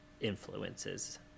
influences